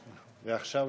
ועכשיו,